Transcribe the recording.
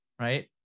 right